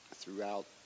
throughout